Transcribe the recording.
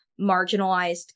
marginalized